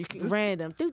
random